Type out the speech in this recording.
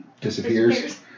disappears